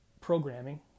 programming